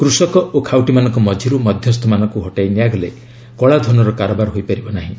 କୃଷକ ଓ ଖାଉଟିମାନଙ୍କ ମଝିରୁ ମଧ୍ୟସ୍ଥମାନଙ୍କୁ ହଟାଇ ଦିଆଗଲେ କଳାଧନର କାରବାର ହୋଇପାରିବ ନାହିଁ